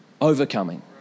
overcoming